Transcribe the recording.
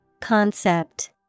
Concept